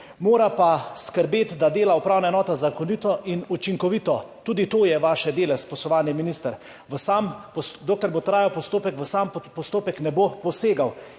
Morate pa skrbeti, da dela upravna enota zakonito in učinkovito. Tudi to je vaše delo, spoštovani minister. Dokler bo trajal postopek, v sam postopek ne boste posegali.